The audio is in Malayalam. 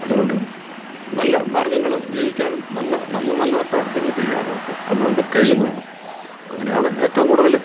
അതുകൊണ്ടു നല്ല മാർഗ്ഗങ്ങൾ ജീവിക്കാനും നല്ല നല്ല നല്ല പ്രവൃത്തികൾ ചെയ്യാനുമൊക്കെ അതുകൊണ്ടു കഴിയുന്നുണ്ട് അങ്ങനെയാണ് ഏറ്റവും കൂടുതൽ